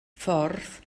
ffordd